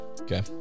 Okay